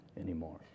anymore